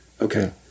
Okay